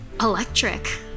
electric